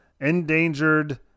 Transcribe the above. endangered